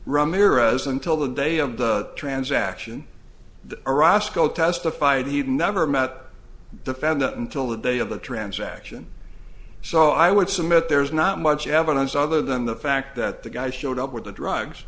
ramrez until the day of the transaction or roscoe testified he had never met a defendant until the day of the transaction so i would submit there's not much evidence other than the fact that the guy showed up with the drugs